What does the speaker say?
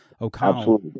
O'Connell